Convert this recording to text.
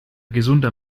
gesunder